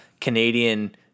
Canadian